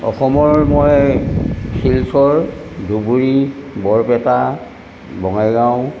অসমৰ মই শিলচৰ ধুবুৰী বৰপেটা বঙাইগাঁও